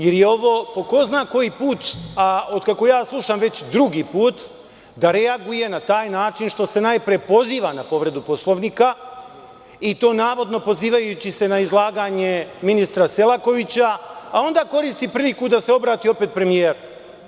Ili je ovo po ko zna koji put, a otkako ja slušam već drugi put, da reaguje na taj način što se najpre poziva na povredu Poslovnika i to, navodno, pozivajući se izlaganje ministra Selakovića, a onda koristi priliku da se opet obrati premijeru.